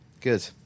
Good